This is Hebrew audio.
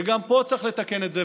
וגם פה צריך לתקן את זה.